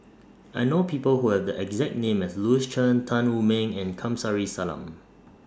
I know People Who Have The exact name as Louis Chen Tan Wu Meng and Kamsari Salam